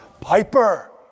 Piper